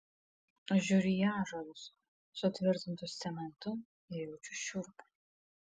aš žiūriu į ąžuolus sutvirtintus cementu ir jaučiu šiurpą